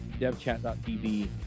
devchat.tv